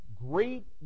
great